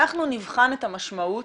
אנחנו נבחן את המשמעות,